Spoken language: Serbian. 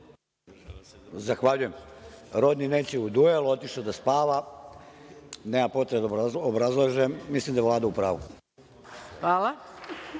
Zahvaljujem. Rodni neće u duel, otišao da spava. Nema potrebe da obrazlažem, mislim da je Vlada u pravu. **Maja